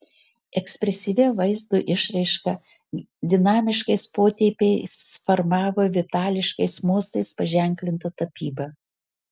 ekspresyvia vaizdo išraiška dinamiškais potėpiais formavo vitališkais mostais paženklintą tapybą